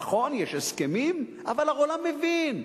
נכון, יש הסכמים, אבל העולם מבין,